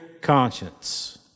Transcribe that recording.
conscience